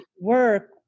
Work